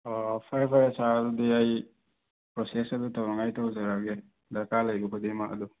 ꯐꯔꯦ ꯐꯔꯦ ꯁꯥꯔ ꯑꯗꯨꯗꯤ ꯑꯩ ꯄ꯭ꯔꯣꯁꯦꯁ ꯑꯗꯨ ꯇꯧꯅꯤꯡꯉꯥꯏ ꯇꯧꯖꯔꯛꯑꯒꯦ ꯗꯔꯀꯥꯔ ꯂꯩꯕ ꯈꯨꯗꯤꯡꯃꯛ ꯑꯗꯨ